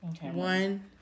One